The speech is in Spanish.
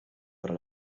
para